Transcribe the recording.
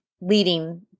leading